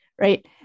right